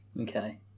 Okay